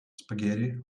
spaghetti